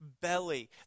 belly